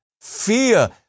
fear